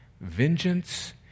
Vengeance